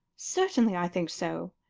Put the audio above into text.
certainly, i think so.